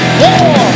war